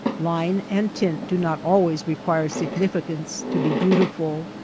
line and tint do not always require significance to be beautiful.